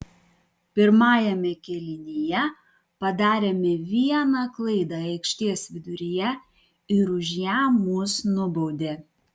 pirmajame kėlinyje padarėme vieną klaidą aikštės viduryje ir už ją mus nubaudė